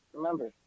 Remember